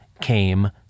came